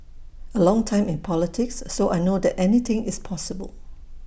A long time in politics so I know that anything is possible